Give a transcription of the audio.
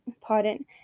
pardon